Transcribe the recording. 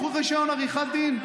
קחו רישיון עריכת דין,